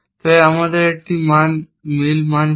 তাই আমাদের এই মান একটি মিল মান ছিল